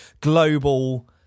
global